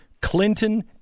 Clinton